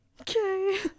okay